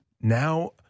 Now